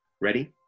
ready